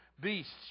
beasts